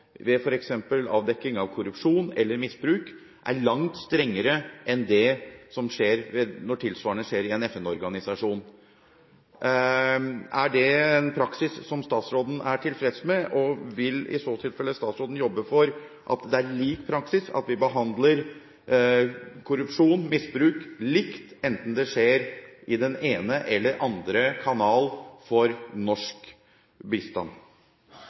ved f.eks. avdekking av korrupsjon eller misbruk, er langt strengere enn når tilsvarende skjer i en FN-organisasjon. Er det en praksis som statsråden er tilfreds med, og vil i så tilfelle statsråden jobbe for at det blir lik praksis, at vi behandler korrupsjon og misbruk likt, enten det skjer i den ene eller andre kanal for norsk bistand?